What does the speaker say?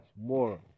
more